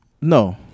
No